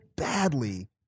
Badly